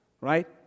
right